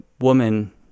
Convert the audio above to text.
woman